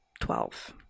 Twelve